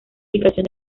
ubicación